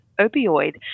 opioid